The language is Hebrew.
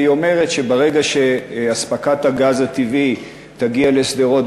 והיא אומרת שברגע שאספקת הגז הטבעי תגיע לשדרות,